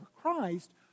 Christ